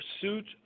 pursuit